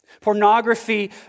Pornography